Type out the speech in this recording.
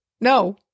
no